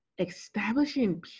establishing